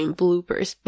bloopers